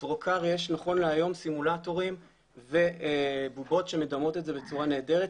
ל- trocar יש נכון להיום סימולטורים ובובות שמדמות את זה בצורה נהדרת.